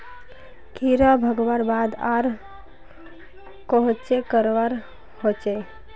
कीड़ा भगवार बाद आर कोहचे करवा होचए?